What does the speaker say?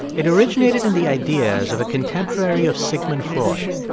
it originated in the ideas of a contemporary of sigmund freud,